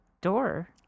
door